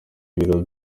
ibiro